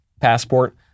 passport